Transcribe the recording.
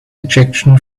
ejection